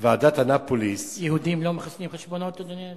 ועידת אנאפוליס, יהודים לא מחסלים חשבונות, אדוני?